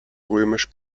römisch